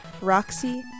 Roxy